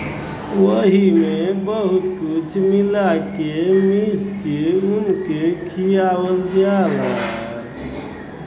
वही मे बहुत कुछ मिला के मीस के उनके खियावल जाला